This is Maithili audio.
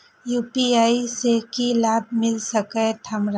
यू.पी.आई से की लाभ मिल सकत हमरा?